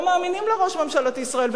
לא מאמינים לראש ממשלת ישראל,